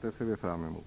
Det ser vi alltså fram emot.